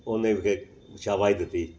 ਉਹਨੇ ਫਿਰ ਸ਼ਾਬਾਸ਼ ਦਿੱਤੀ